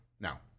now